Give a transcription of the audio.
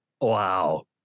Wow